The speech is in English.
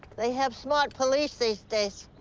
they have smart police these days,